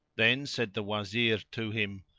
then said the wazir to him,